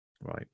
Right